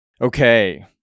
Okay